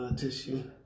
tissue